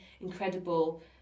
incredible